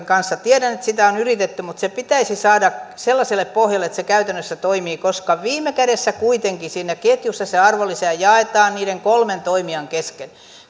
kanssa tiedän että sitä on yritetty mutta se pitäisi saada sellaiselle pohjalle että se käytännössä toimii koska viime kädessä kuitenkin siinä ketjussa se arvonlisä jaetaan niiden kolmen toimijan kesken kauppa